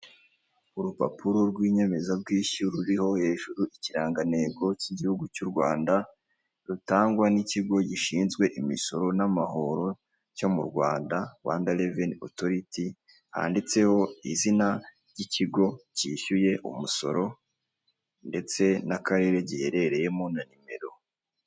Urupapuro rwinyemezabwishyu ruriho hejuru ikirangantego k'igihugu cy'u Rwanda rutangwa n'ikigo gishinzwe imisoro n'amahoro cyo mu Rwanda, Rwanda reveni otoriti handitseho izina ry'ikigo cyishyuye umusoro ndetse n'akarere giherereyemo na nimero.